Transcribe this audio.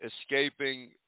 escaping